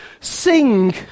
sing